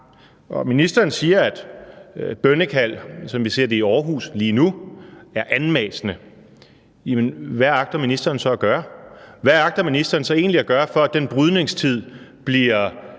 Ministeren siger, at bønnekald, som vi ser det i Aarhus lige nu, er anmassende. Hvad agter ministeren så at gøre? Hvad agter ministeren så egentlig at gøre for, at den brydningstid bliver